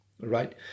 right